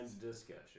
discussion